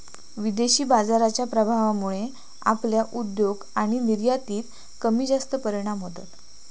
विदेशी बाजाराच्या प्रभावामुळे आपल्या उद्योग आणि निर्यातीत कमीजास्त परिणाम होतत